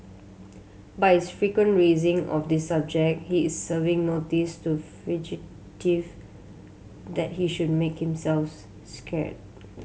by his frequent raising of this subject he is serving notice to fugitive that he should make himself scare